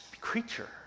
creature